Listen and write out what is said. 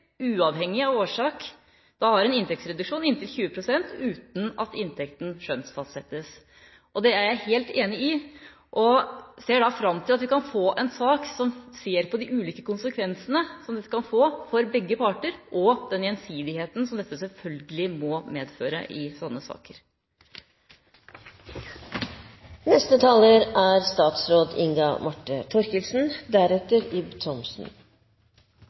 uavhengig av årsak har en inntektsreduksjon på inntil 20 pst. uten at inntekten skjønnsfastsettes. Det er jeg helt enig i, og jeg ser fram til at vi kan få en sak hvor man ser på de ulike konsekvensene dette kan få for begge parter, og den gjensidigheten som dette selvfølgelig må medføre i